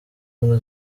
ubumwe